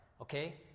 Okay